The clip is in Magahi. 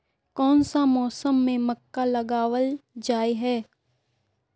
कोन सा मौसम में मक्का लगावल जाय है?